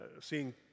seeing